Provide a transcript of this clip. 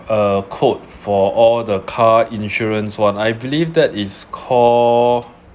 a quote for all the car insurance [one] I believe that is call